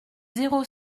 zéro